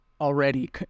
already